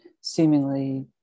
seemingly